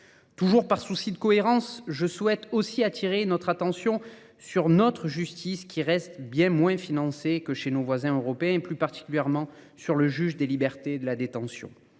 Toujours par souci de cohérence, je souhaite aussi attirer notre attention sur notre justice qui reste bien moins financée que chez nos voisins européens et plus particulièrement sur le juge des libertés et de la détention.